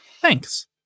Thanks